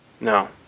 No